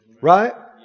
Right